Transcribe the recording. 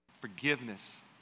Forgiveness